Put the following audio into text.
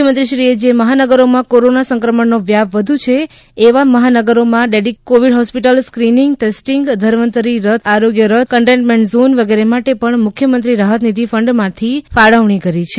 મુખ્યમંત્રીશ્રીએ જે મહાનગરોમાં કોરોના સંક્રમણનો વ્યાપ વધુ છે એવા મહાનગરોમાં dedicated covid hospital screening testing Dhanvantari આરોગ્ય રથ કન્ટેમેન્ટ ઝોન વગેરે માટે પણ મુખ્યમંત્રી રાહતનિધી ફંડમાંથી ફાળવણી કરી છે